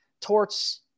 Torts